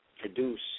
produce